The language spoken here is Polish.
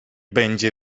będzie